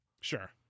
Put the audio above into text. Sure